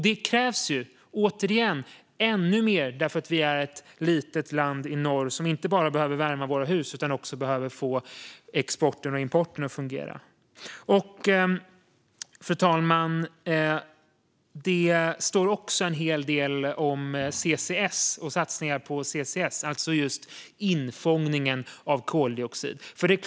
Det krävs, återigen, ännu mer för att vi är ett litet land i norr som inte bara behöver värma våra hus utan också behöver få exporten och importen att fungera. Fru talman! Det står också en hel del om satsningar på CCS, alltså just infångningen av koldioxid.